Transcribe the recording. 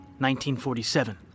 1947